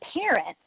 parents